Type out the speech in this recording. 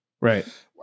Right